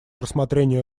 рассмотрению